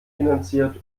finanziert